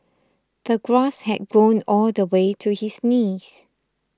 the grass had grown all the way to his knees